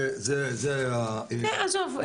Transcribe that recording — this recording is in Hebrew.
זה המשל"ט --- עזוב,